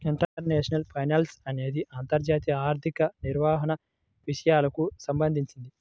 international finance అనేది అంతర్జాతీయ ఆర్థిక నిర్వహణ విషయాలకు సంబంధించింది